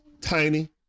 tiny